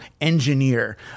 engineer